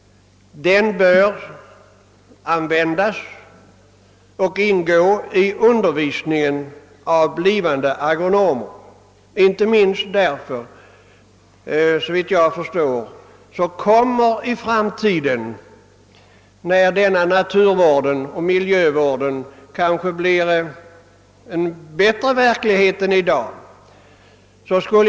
Den bör också utnyttjas vid undervisningen av blivande agronomer, inte minst därför att naturoch miljövården väl i framtiden blir verklighet på ett annat sätt än i dag.